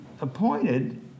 appointed